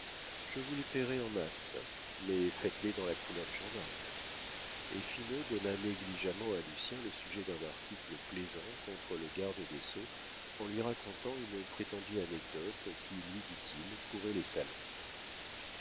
je vous les payerai en masse mais faites-les dans la couleur du journal et finot donna négligemment à lucien le sujet d'un article plaisant contre le garde des sceaux en lui racontant une prétendue anecdote qui lui dit-il courait les salons